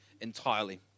entirely